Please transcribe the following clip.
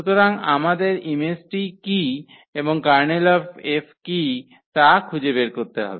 সুতরাং আমাদের ইমেজটি কী এবং Ker𝐹 কী তা খুঁজে বের করতে হবে